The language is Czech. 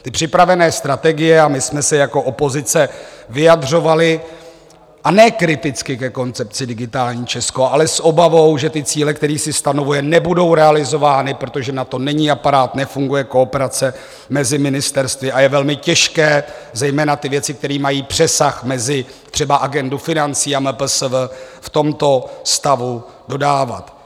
Ty připravené strategie a my jsme se jako opozice vyjadřovali, a ne kriticky, ke koncepci Digitální Česko, ale s obavou, že ty cíle, které si stanovuje, nebudou realizovány, protože na to není aparát, nefunguje kooperace mezi ministerstvy a je velmi těžké zejména ty věci, které mají přesah mezi třeba agendu financí a MPSV, v tomto stavu dodávat.